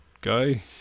guy